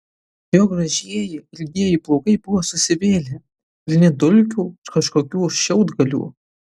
jo gražieji ilgieji plaukai buvo susivėlę pilni dulkių ir kažkokių šiaudgalių